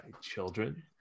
children